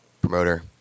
promoter